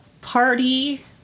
party